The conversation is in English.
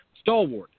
Stalwart